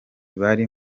bari